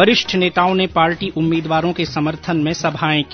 वरिष्ठ नेताओं ने पार्टी उम्मीदवारों के समर्थन में सभाएं की